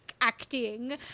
acting